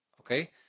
Okay